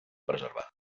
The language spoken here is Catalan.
preservar